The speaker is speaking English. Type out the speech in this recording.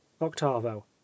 octavo